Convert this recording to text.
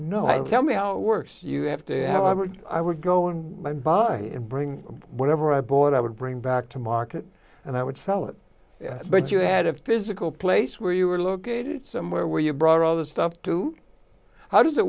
no tell me how it works you have to have i would i would go and buy and bring whatever i bought i would bring back to market and i would sell it but you had a physical place where you were located somewhere where you brought all the stuff to how does it